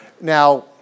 Now